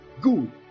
Good